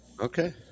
Okay